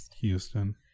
Houston